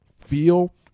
feel